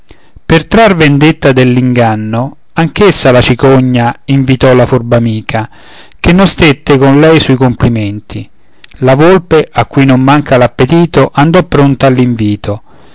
per trar vendetta dell'inganno anch'essa la cicogna invitò la furba amica che non stette con lei sui complimenti la volpe a cui non manca l'appetito andò pronta